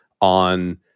on